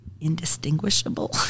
indistinguishable